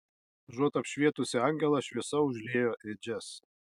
užuot apšvietusi angelą šviesa užliejo ėdžias